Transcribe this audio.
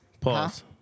Pause